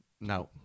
No